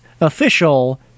official